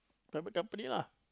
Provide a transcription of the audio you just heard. private company lah